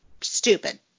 stupid